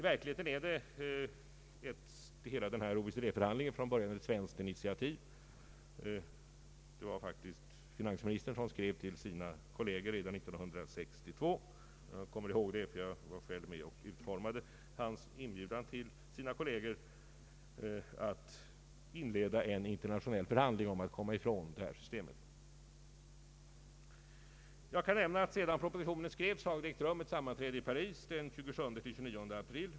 Denna OECD-förhandling är från början ett svenskt initiativ. Det var faktiskt finansministern som skrev till sina kolleger redan 1962. Jag kommer ihåg det, för jag var själv med och utformade hans inbjudan till hans kolleger ait inleda en internationell förhandling om att söka komma ifrån detta system. Jag kan nämna att sedan propositionen skrevs har ett sammanträde ägt rum i Paris den 27-—29 april.